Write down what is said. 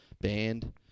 band